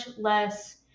less